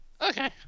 Okay